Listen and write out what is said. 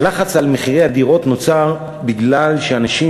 הלחץ על מחירי הדירות נוצר בגלל שאנשים